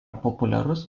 populiarus